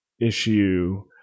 issue